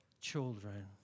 children